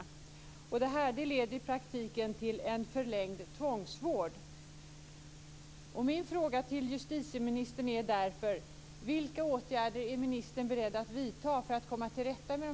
Det leder i praktiken till en förlängd tvångsvård.